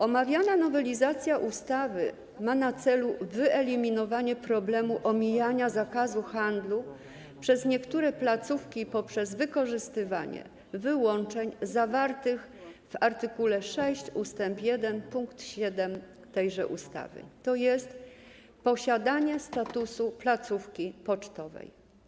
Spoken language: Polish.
Omawiana nowelizacja ustawy ma na celu wyeliminowanie problemu omijania zakazu handlu przez niektóre placówki poprzez wykorzystywanie wyłączeń zawartych w art. 6 ust. 1 pkt 7 tejże ustawy, tj. posiadanie statusu placówki pocztowej.